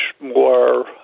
more